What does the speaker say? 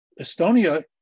Estonia